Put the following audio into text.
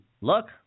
look